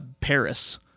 Paris